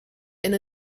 and